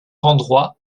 endroit